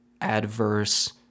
adverse